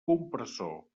compressor